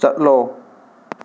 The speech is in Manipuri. ꯆꯠꯂꯣ